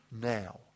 now